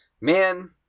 man